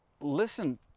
listen